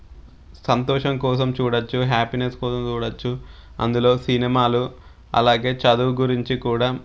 సంతోషం కోసం చూడొచ్చు హ్యాపీనెస్ కోసం చూడొచ్చు అందులో సినిమాలు అలాగే చదువు గురించి కూడా